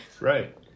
right